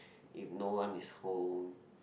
if no one is home